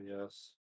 yes